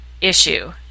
issue